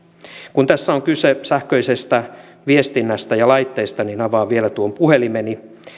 kun tässä on kyse sähköisestä viestinnästä ja laitteista niin avaan vielä tuon puhelimeni